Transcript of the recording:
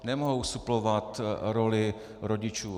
Nemohou suplovat roli rodičů.